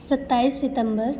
सत्ताईस सितंबर